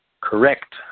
Correct